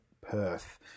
Perth